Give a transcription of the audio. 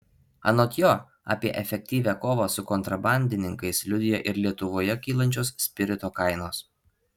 anot jo apie efektyvią kovą su kontrabandininkais liudija ir lietuvoje kylančios spirito kainos